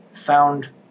found